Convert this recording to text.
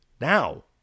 Now